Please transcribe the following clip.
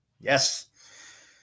Yes